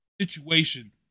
situation